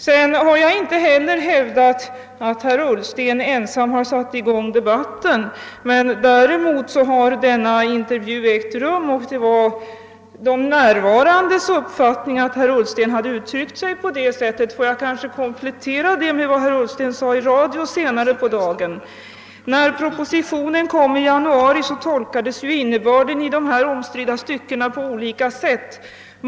| Jag har inte heller hävdat att herr Ullsten ensam satt i gång debatten, men däremot har denna presskonferens ägt rum och det var de närvarandes uppfattning att herr Ullsten uttryckt sig på det sätt som jag beskrev. I radiointervjun samma kväll uttalade herr Ullsten vidare, enligt protokollet: >När propositionen kom i januari så tolkades ju innebörden i de här omstridda styckena på olika sätt.